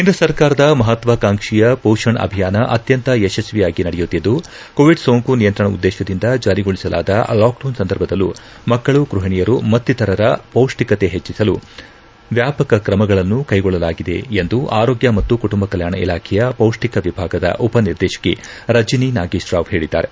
ಕೇಂದ್ರ ಸರ್ಕಾರದ ಮಹತ್ವಾಕಾಂಕ್ಷಿಯ ಪೋಷಣ್ ಅಭಿಯಾನ ಅತ್ಯಂತ ಯಶಸ್ವಿಯಾಗಿ ನಡೆಯುತ್ತಿದ್ದು ಕೋವಿಡ್ ಸೋಂಕು ನಿಯಂತ್ರಣ ಉದ್ದೇಶದಿಂದ ಜಾರಿಗೊಳಿಸಲಾದ ಲಾಕ್ಡೌನ್ ಸಂದರ್ಭದಲ್ಲೂ ಮಕ್ಕಳು ಗರ್ಭಿಣಿಯರು ಮತ್ತಿತರರ ಪೌಷ್ಠಿಕತೆ ಹೆಚ್ಚಿಸಲು ವ್ಯಾಪಕ ಕ್ರಮಗಳನ್ನು ಕೈಗೊಳ್ಳಲಾಗಿದೆ ಎಂದು ಆರೋಗ್ಯ ಮತ್ತು ಕುಟುಂಬ ಕಲ್ಯಾಣ ಇಲಾಖೆಯ ಪೌಷ್ಠಿಕ ವಿಭಾಗದ ಉಪನಿರ್ದೇಶಕಿ ರಜಿನಿ ನಾಗೇಶ್ರಾವ್ ಹೇಳಿದ್ದಾರೆ